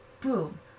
Boom